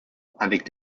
avec